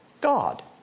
God